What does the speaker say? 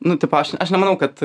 nu tipo aš aš nemanau kad